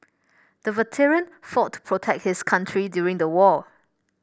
the veteran fought to protect his country during the war